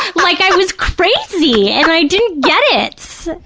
like i was crazy, and i didn't get it, it,